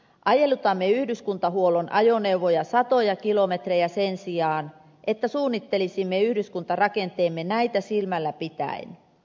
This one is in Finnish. ajelutamme yhdyskuntahuollon ajoneuvoja satoja kilometrejä sen sijaan että suunnittelisimme yhdyskuntarakenteemme näitä silmällä pitäen